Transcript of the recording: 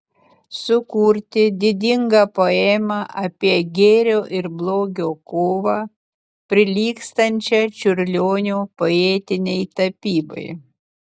sukurti didingą poemą apie gėrio ir blogio kovą prilygstančią čiurlionio poetinei tapybai